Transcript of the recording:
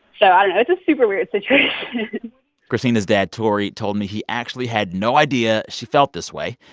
so i don't know. it's a super weird situation christina's dad, tory, told me he actually had no idea she felt this way.